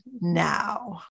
now